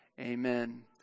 Amen